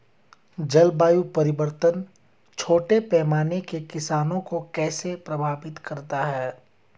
जलवायु परिवर्तन छोटे पैमाने के किसानों को कैसे प्रभावित करता है?